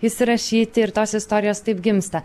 įsirašyti ir tos istorijos taip gimsta